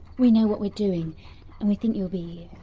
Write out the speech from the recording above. we know what we're doing, and we think you'll be,